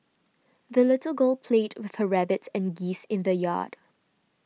the little girl played with her rabbit and geese in the yard